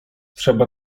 trzeba